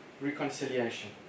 reconciliation